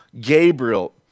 Gabriel